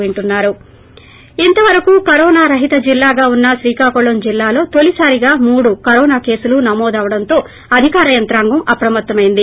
break ఇంతవరకు corona రహిత జిల్లాగా ఉన్న శ్రీకాకుళం జిల్లాలో తొలిసారిగా మూడు కరోనా కేసులు నమోదవడంతో అధికార యంత్రాంగం అప్రమత్తమయ్యింది